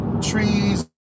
Trees